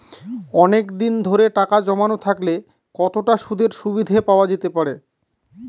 অনেকদিন ধরে টাকা জমানো থাকলে কতটা সুদের সুবিধে পাওয়া যেতে পারে?